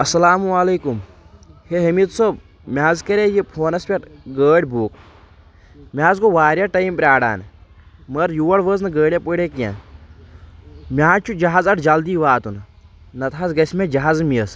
اسلام علیکم ہے حمیٖد صوب مےٚ حظ کریٚیہِ یہِ فونس پٮ۪ٹھ گٲڑۍ بُک مےٚ حظ گوٚو واریاہ ٹایِم پراران مگر یور وٲژ نہٕ گٲڑیا پٲڑیا کینٛہہ مےٚ حظ چھُ جہاز اڈٕ جلدی واتُن نتہٕ حظ گژھِ مےٚ جہازٕ مِس